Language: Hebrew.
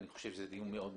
אני חושב שזה דיון מאוד חשוב.